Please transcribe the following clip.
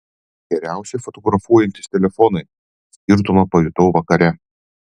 geriausiai fotografuojantys telefonai skirtumą pajutau vakare